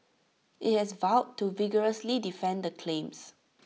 IT has vowed to vigorously defend the claims